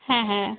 হ্যাঁ হ্যাঁ